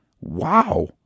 Wow